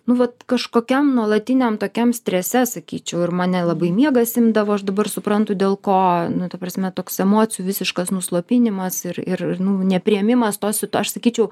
nu vat kažkokiam nuolatiniam tokiam strese sakyčiau ir mane labai miegas imdavo aš dabar suprantu dėl ko nu ta prasme toks emocijų visiškas nuslopinimas ir ir ir nu nepriėmimas tos aš sakyčiau